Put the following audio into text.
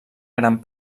gran